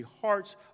hearts